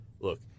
look